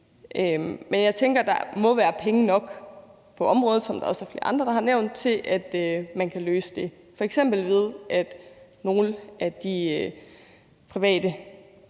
Men jeg tænker, at der må være penge nok på området, hvilket der også er flere andre der har nævnt, til at man kan løse det, f.eks. ved at nogle af de privat-